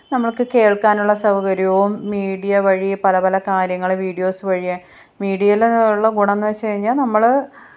നമ്മള്ക്ക് കേൾക്കാനുള്ള സൗകര്യവും മീഡിയ വഴി പല പല കാര്യങ്ങൾ വീഡിയോസ് വഴീ മീഡിയയിൽ ഉള്ള ഗുണമെന്നു വെച്ചു കഴിഞ്ഞാൽ നമ്മൾ